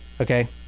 Okay